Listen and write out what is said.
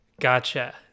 Gotcha